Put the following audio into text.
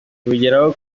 kubigeraho